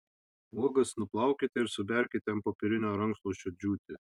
uogas nuplaukite ir suberkite ant popierinio rankšluosčio džiūti